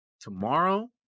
tomorrow